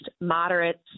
moderates